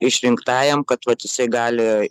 išrinktajam kad vat jisai gali